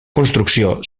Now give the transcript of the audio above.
construcció